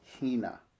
Hina